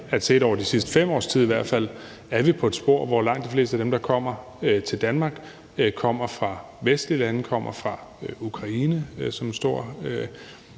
i hvert fald de sidste 5 års tid er vi på et spor, hvor langt de fleste af dem, der kommer til Danmark, kommer fra vestlige lande, kommer fra Ukraine, som er et stort